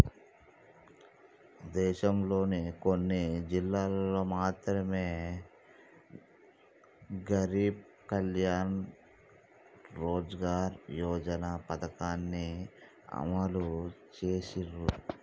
దేశంలోని కొన్ని జిల్లాల్లో మాత్రమె గరీబ్ కళ్యాణ్ రోజ్గార్ యోజన పథకాన్ని అమలు చేసిర్రు